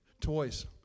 toys